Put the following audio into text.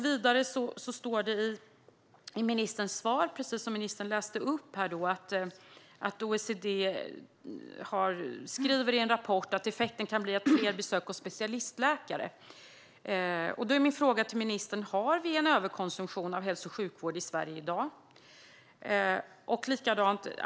Vidare sa ministern i svaret att OECD skriver i en rapport att effekten kan bli fler besök hos specialistläkare. Har vi en överkonsumtion av hälso och sjukvård i Sverige i dag?